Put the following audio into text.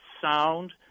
sound